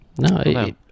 No